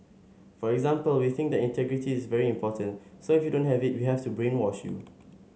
for example we think that integrity is very important so if you don't have it we have to brainwash you